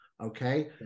Okay